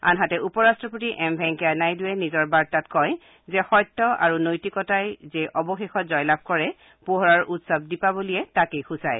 আনহাতে উপ ৰট্টপতি এম ভেংকায়া নাইডুৰে নিজৰ বাৰ্তাত কয় যে সত্য আৰু নৈতিকতাই যে অৱশেষত জয়লাভ কৰে পোহৰৰ উৎসৱ দীপাৱলীয়ে তাকে সূচায়